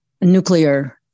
nuclear